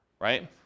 right